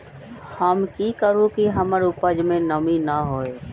हम की करू की हमर उपज में नमी न होए?